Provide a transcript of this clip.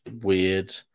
weird